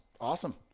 Awesome